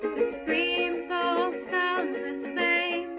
screams all sound same,